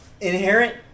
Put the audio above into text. inherent